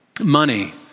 Money